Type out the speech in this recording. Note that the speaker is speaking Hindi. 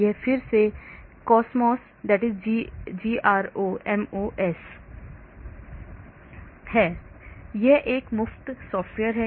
यह फिर से GROMOS है यह एक मुफ्त सॉफ्टवेयर है